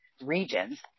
regions